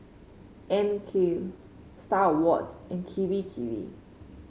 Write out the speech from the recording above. Anne Klein Star Awards and Kirei Kirei